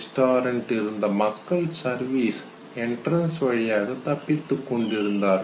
restaurant இருந்த மக்கள் service entrance வழியாக தப்பித்து கொண்டிருந்தார்கள்